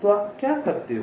तो आप क्या करते हो